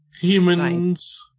Humans